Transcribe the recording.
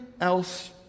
else